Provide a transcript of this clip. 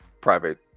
private